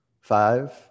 five